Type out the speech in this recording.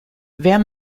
wer